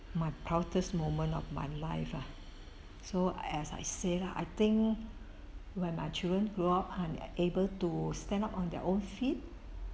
my proudest moment of my life ah so as I say lah I think when our children grow up and able to stand up on their own feet